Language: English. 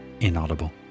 Inaudible